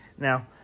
Now